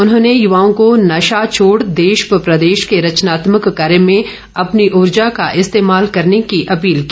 उन्होंने युवाओं को नशा छोड़ देश व प्रदेश के रचनात्मक कार्य में अपनी उर्जा का इस्तेमाल करने की अपील की